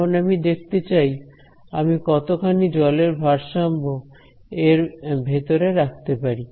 এখন আমি দেখতে চাই আমি কতখানি জলের ভারসাম্য এর ভেতর রাখতে পারি